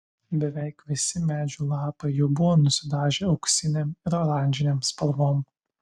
beveik visi medžių lapai jau buvo nusidažę auksinėm ir oranžinėm spalvom